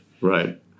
Right